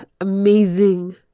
amazing